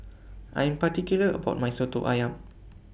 I Am particular about My Soto Ayam